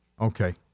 Okay